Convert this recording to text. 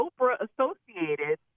Oprah-associated